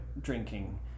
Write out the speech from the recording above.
drinking